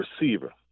receiver